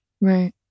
Right